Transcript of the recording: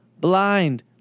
blind